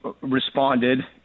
responded